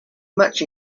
much